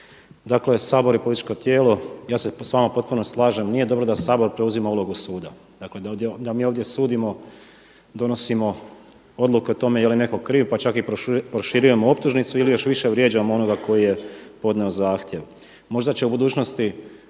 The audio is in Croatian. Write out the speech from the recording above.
Dakle, Sabor je političko tijelo ja se s vama potpuno slažem nije dobro da Sabor preuzima ulogu suda, dakle da mi ovdje sudimo, donosimo odluke o tome je li netko kriv pa čak i proširujemo optužnicu ili još više vrijeđamo onoga koji je podnio zahtjev. Možda će u budućnosti